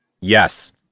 Yes